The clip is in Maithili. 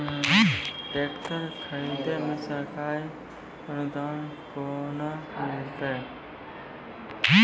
टेकटर खरीदै मे सरकारी अनुदान केना मिलतै?